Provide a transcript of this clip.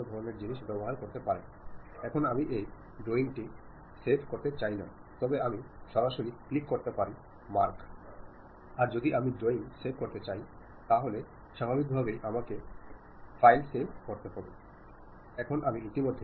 ചില സമയങ്ങളിൽ പശ്ചാത്തലം അറിയാതെ നിങ്ങൾ അയയ്ക്കുന്ന സന്ദേശം പരാജയപെടാറുണ്ട് അതിനാൽ സന്ദേശം പൂർത്തിയാക്കുന്നതിനും ആശയവിനിമയ പ്രക്രിയ പൂർ ത്തിയാക്കാതിരിക്കുന്നതിനും നിങ്ങൾ തിരഞ്ഞെടുക്കുന്ന ഭാഷ വളരെ ശ്രദ്ധാപൂർവ്വം ആസൂത്രണം ചെയ്യുകയോ സംയോജിപ്പിക്കുകയോ ചെയ്യുക